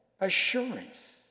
assurance